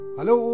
Hello